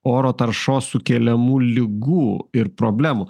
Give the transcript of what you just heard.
oro taršos sukeliamų ligų ir problemų